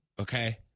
Okay